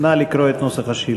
נא לקרוא את נוסח השאילתה.